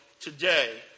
today